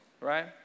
Right